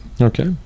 okay